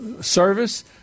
service